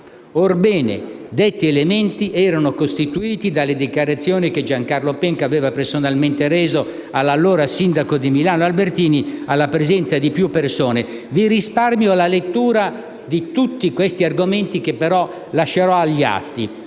Orbene, detti elementi erano costituiti dalle dichiarazioni che Giancarlo Penco aveva personalmente reso all'allora sindaco di Milano Albertini, alla presenza di più persone». Vi risparmio la lettura di tutti questo argomenti, che però lascerò per la